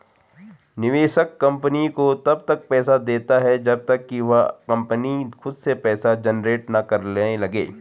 निवेशक कंपनी को तब तक पैसा देता है जब तक कि वह कंपनी खुद से पैसा जनरेट ना करने लगे